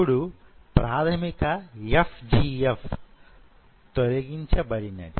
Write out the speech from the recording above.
ఇప్పుడు ప్రాధమిక FGF తొలగించబడినది